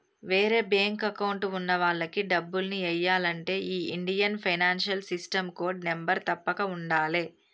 వేరే bank account ఉన్న వాళ్లకి డబ్బుల్ని ఎయ్యాలంటే ఈ Indian financial system code number తప్పక ఉండాలే